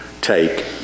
take